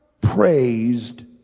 praised